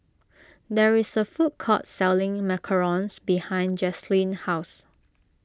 there is a food court selling Macarons behind Jaslene's house